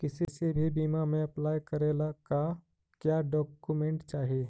किसी भी बीमा में अप्लाई करे ला का क्या डॉक्यूमेंट चाही?